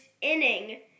inning